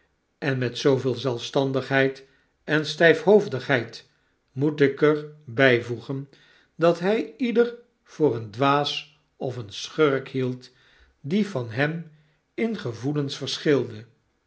en met zooveel zelfstandigheid en styfhoofdigheid moet ik er byvoegen dat hy ieder voor een dwaas of een schurk hield die van hem in gevoelens verschilde